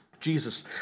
Jesus